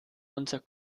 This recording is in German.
unser